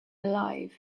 alive